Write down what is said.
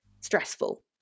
stressful